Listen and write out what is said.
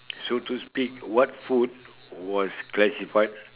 so to speak what food was classified